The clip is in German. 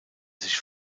sich